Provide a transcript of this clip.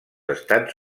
estats